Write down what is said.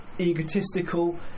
egotistical